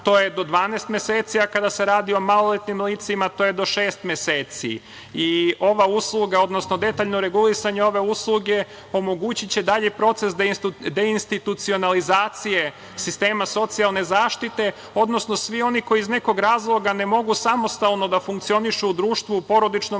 to je do 12 meseci, a kada se radi o maloletnim licima to je do šest meseci. Ova usluga, odnosno detaljno regulisanje ove usluge omogućiće dalji proces da institucionalizacija sistema socijalne zaštite, odnosno svi oni koji iz nekog razloga ne mogu samostalno da funkcionišu u društvu, porodičnom